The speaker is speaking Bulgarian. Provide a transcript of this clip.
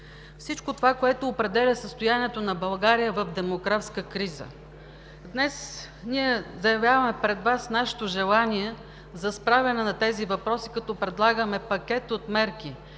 всичко това, което определя състоянието на България в демографска криза. Днес ние заявяваме пред Вас нашето желание за справяне с тези въпроси, като предлагаме пакет от мерки